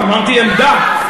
אמרתי עמדה.